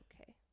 Okay